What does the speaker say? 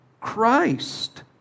Christ